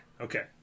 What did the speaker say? Okay